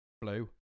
Blue